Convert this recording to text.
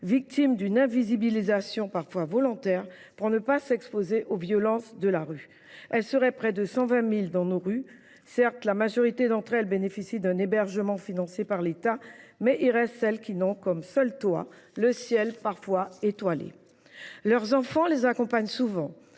victimes d’une invisibilisation parfois volontaire pour ne pas s’exposer aux violences de la rue. Elles seraient près de 120 000 dans nos rues. Certes, la majorité d’entre elles bénéficient d’un hébergement financé par l’État. Mais il reste celles qui n’ont comme seul toit que le ciel, parfois étoilé. Leurs enfants les accompagnent souvent.